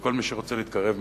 וכל מי שרוצה להתקרב מפחד,